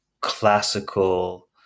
classical